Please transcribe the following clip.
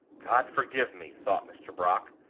god forgive me! thought mr. brock,